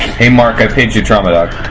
hey mark i paged your trauma doc.